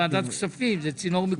ועדת כספים זה צינור מקובל.